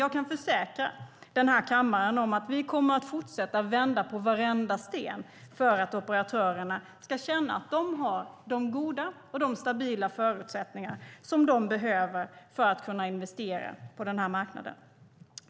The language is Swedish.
Jag kan försäkra kammaren att vi kommer att fortsätta att vända på varenda sten för att operatörerna ska känna att de har de goda och stabila förutsättningar som de behöver för att kunna investera på denna marknad.